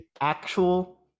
actual